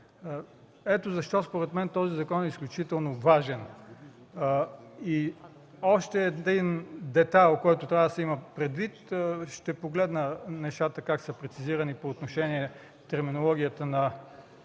Ето защо, според мен, този закон е изключително важен. Още един детайл, който трябва да се има предвид. Ще погледна нещата как са прецизирани по отношение терминологията на